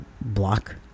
block